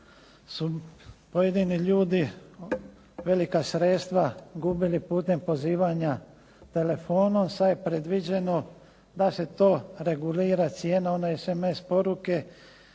su pojedini ljudi velika sredstva gubili putem pozivanja telefonom. Sad je predviđeno da se to regulira cijena one SMS poruke